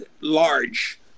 large